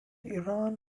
iran